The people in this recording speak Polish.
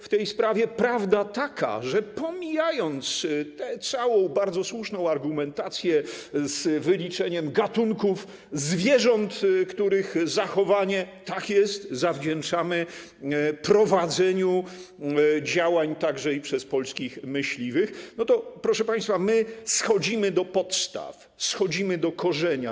W tej sprawie prawda jest taka, że pomijając tę całą bardzo słuszną argumentację z wyliczeniem gatunków zwierząt, których zachowanie zawdzięczamy prowadzeniu działań także i przez polskich myśliwych, proszę państwa, my schodzimy tu do podstaw, schodzimy do korzenia.